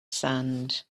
sand